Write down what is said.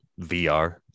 VR